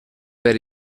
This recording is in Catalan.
per